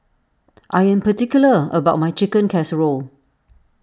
I am particular about my Chicken Casserole